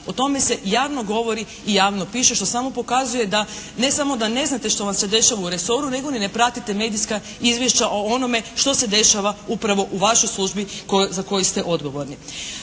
O tome se javno govori i javno piše što samo pokazuje da ne samo da ne znate što vam se ne dešava u resoru, nego ni ne pratite medijska izvješća o onome što se dešava upravo u vašoj službi za koju ste odgovorni.